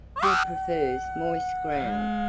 he prefers moist ground.